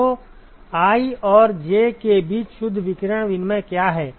तो i और j के बीच शुद्ध विकिरण विनिमय क्या है